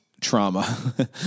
trauma